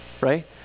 right